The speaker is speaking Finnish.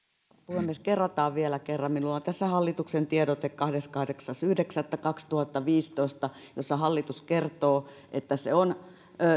puhemies kerrataan vielä kerran minulla on tässä hallituksen tiedote kahdeskymmeneskahdeksas yhdeksättä kaksituhattaviisitoista jossa hallitus kertoo että se on